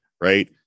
right